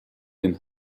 den